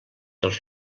dels